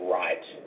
right